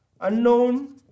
unknown